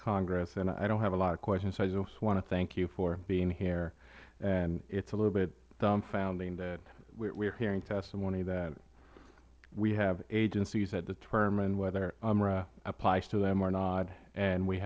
congress and i dont have a lot of questions i just want to thank you for being here it is a little bit dumfounding that we are hearing testimony that we have agencies that determine whether umra applies to them or not and we